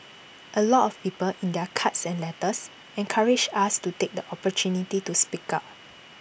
A lot of people in their cards and letters encouraged us to take the opportunity to speak out